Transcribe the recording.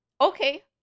Okay